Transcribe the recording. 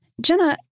Jenna